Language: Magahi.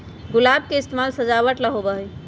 गुलाब के इस्तेमाल सजावट ला होबा हई